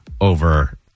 over